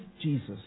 Jesus